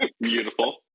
Beautiful